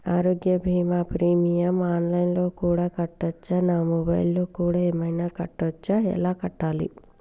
ఆరోగ్య బీమా premium online లో కూడా కట్టచ్చా? నా మొబైల్లో కూడా ఏమైనా కట్టొచ్చా? ఎలా కట్టాలి?